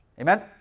Amen